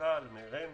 מקק"ל ומרמ"י.